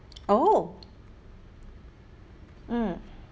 oh mm